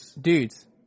dudes